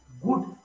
good